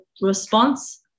response